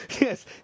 Yes